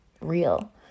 real